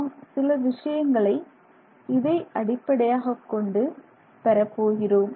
நாம் சில விஷயங்களை இதை அடிப்படையாகக் கொண்டு பெறப் போகிறோம்